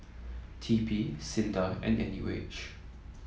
T P SINDA and N U H